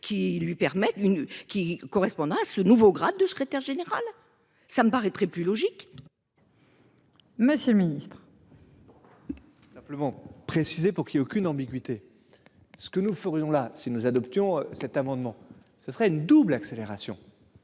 qui correspondent à ce nouveau grade de secrétaire général. Ça me paraîtrait plus logique. Monsieur le ministre. Simplement précisé pour qui aucune ambiguïté. Ce que nous ferions là si nous adoptions cet amendement, ce serait une double accélération.